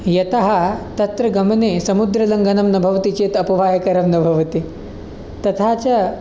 यतः तत्र गमने समुद्रलङ्घनं न भवति चेत् अपवायकरं न भवति तथा च